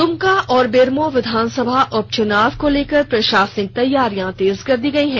द्मका और बेरमो विधानसभा उपचुनाव को लेकर प्रशासनिक तैयारियां तेज कर दी गयी है